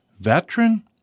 veteran